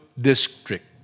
district